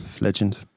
Legend